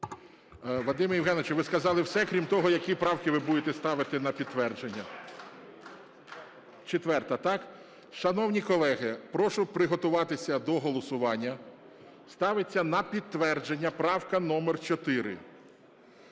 Вадиме Євгеновичу, ви сказали все, крім того, які правки ви будете ставити на підтвердження. Четверта, так? Шановні колеги, прошу приготуватися до голосування. Ставиться на підтвердження правка номер 4.